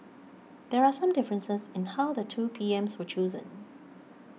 but there are some differences in how the two PMs were chosen